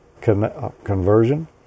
conversion